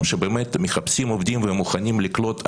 שבאמת מחפשים עובדים ומוכנים לקלוט היום,